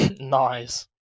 Nice